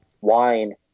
wine